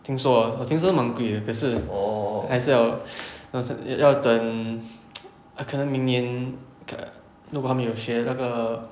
听说我听说蛮贵的可是还是 还是要等 可能明年如果还没有学那个